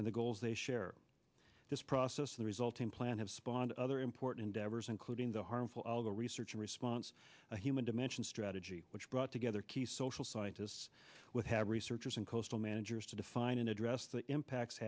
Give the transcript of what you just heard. and the goals they share this process the resulting plan have spawned other important devers including the harmful algal research in response a human dimension strategy which brought together key social scientists would have researchers and coastal managers to define and address the impacts